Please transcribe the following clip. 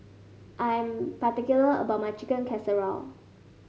I'm particular about my Chicken Casserole